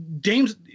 Dame's